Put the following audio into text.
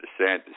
DeSantis